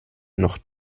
noch